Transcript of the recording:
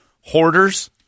Hoarders